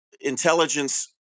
intelligence